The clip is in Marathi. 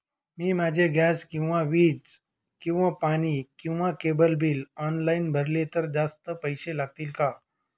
मी माझे गॅस किंवा वीज किंवा पाणी किंवा केबल बिल ऑनलाईन भरले तर जास्त पैसे लागतील का?